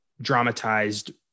dramatized